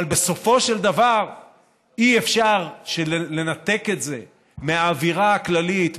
אבל בסופו של דבר אי-אפשר לנתק את זה מהאווירה הכללית,